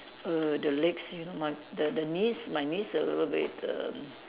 err the legs you know my the the knees my knees a little bit erm